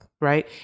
right